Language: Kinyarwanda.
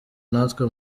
natwe